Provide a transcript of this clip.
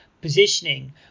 positioning